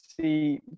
see